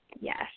Yes